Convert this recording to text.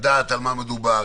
לדעת במה מדובר.